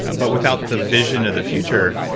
but without the vision of the future,